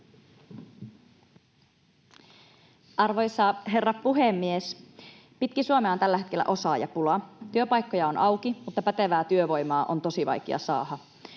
Arvoisa herra puhemies! Pitkin Suomea on tällä hetkellä osaajapula. Työpaikkoja on auki, mutta pätevää työvoimaa on tosi vaikea saada.